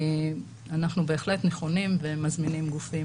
אנחנו בהחלט נכונים ומזמינים גופים